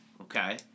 Okay